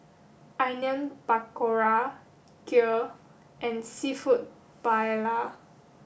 Onion Pakora Kheer and Seafood Paella